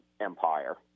empire